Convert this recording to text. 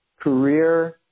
career